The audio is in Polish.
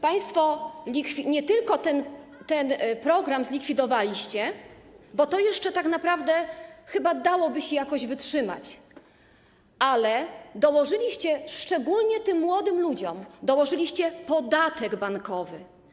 Państwo nie tylko ten program zlikwidowaliście, bo to jeszcze tak naprawdę chyba dałoby się jakoś wytrzymać, ale dołożyliście, szczególnie tym młodym ludziom, podatek bankowy.